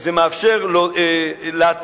זה מאפשר להתריע,